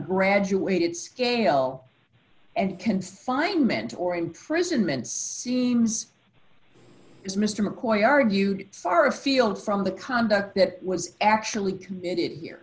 graduated scale and confinement or imprisonment seems as mr mccoy argued sarraf feel from the conduct that was actually committed here